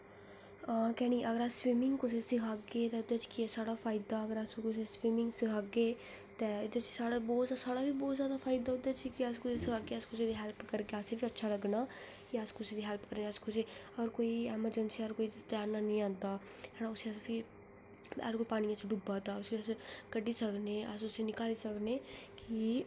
हा कि नेईं अगर अस स्बिमिंग कुसै गी सिखागे ते ओहदे च केह् साढ़ा फायदा अगर अस कुसै गी स्बिमिंग सिखागे ते एहदे च साढ़ा बी बहुत ज्यादा फायदा ओहदे च कि अस कुसै गी सिखागे अस कुसे दी हैल्प करगे असेंगी बी अच्छा लग्गना कि अस कुसै दी हैल्प करगे अगर कोई एमरंजेसी च घ्यान नेई जंदा ना उसी अस अगर कोई पानियै च डुब्बा दा उसी अस कड्ढी सकने अस उसी निकाली सकने कि